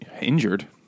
injured